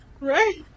Right